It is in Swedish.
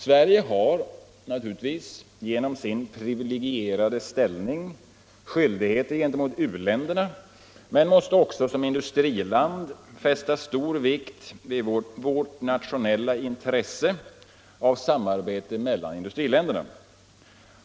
Sverige har naturligtvis genom sin privilegierade ställning skyldigheter gentemot u-länderna men måste också som industriland fästa stor vikt vid vårt nationella intresse av samarbete mellan industriländerna.